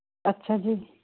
ਅੱਛਾ ਜੀ